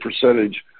percentage